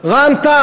מה עם רע"ם-תע"ל?